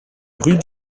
rue